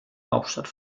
hauptstadt